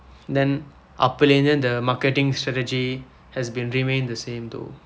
then அப்போது இருந்து:appoidhu irundthu the marketing strategy has been remain the same though